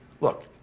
Look